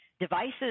devices